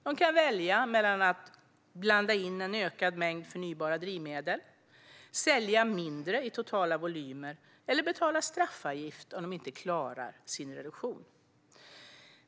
De kan välja mellan att blanda in en ökad mängd förnybara drivmedel, sälja mindre i totala volymer eller betala straffavgift om de inte klarar sin reduktion.